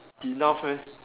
enough meh